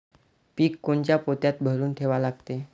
पीक कोनच्या पोत्यात भरून ठेवा लागते?